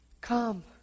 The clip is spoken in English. Come